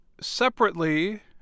Separately